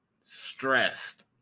stressed